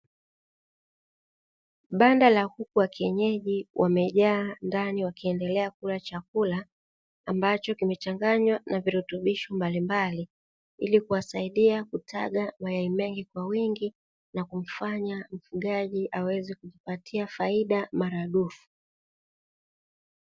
Banda la kuku wa kienyeji wamejaa ndani wakiendelea kula chakula ambacho kimechanganywa na virutubisho mbalimbali, ili kuwasaidia kutaga mayai mengi kwa wingi na kumfanya mfugaji aweze kujipatia faida maradufu.